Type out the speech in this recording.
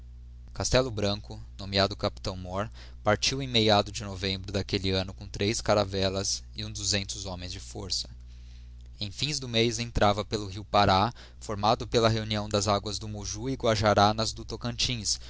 castello branco nomeado capitão mór partiu em meiado de novembro daquelle anno cora três caravellas e uns duzentos homens de força em fins do mez entrava pelo rio pará forraado pela reunião das aguas do mojú e guajará nas do tocantins